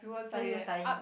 no need to study